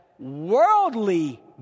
Worldly